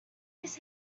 his